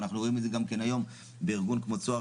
אנחנו רואים את זה גם היום בארגון כמו "צוהר",